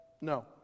No